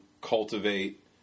cultivate